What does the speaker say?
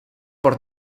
por